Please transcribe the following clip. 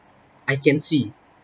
I can see